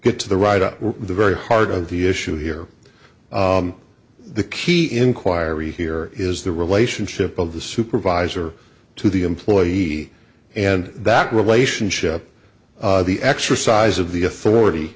get to the right of the very heart of the issue here the key inquiry here is the relationship of the supervisor to the employee and that relationship the exercise of the authority